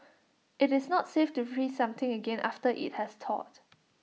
IT is not safe to freeze something again after IT has thawed